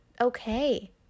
okay